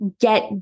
get